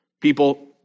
people